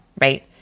right